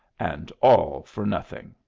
and all for nothing!